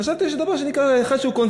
חשבתי שיש דבר אחד שיש עליו קונסנזוס.